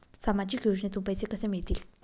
सामाजिक योजनेतून पैसे कसे मिळतील?